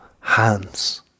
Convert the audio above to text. hands